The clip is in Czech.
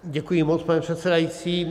Děkuji moc, pane předsedající.